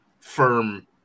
firm